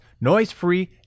noise-free